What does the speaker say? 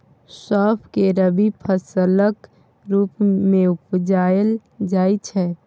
सौंफ केँ रबी फसलक रुप मे उपजाएल जाइ छै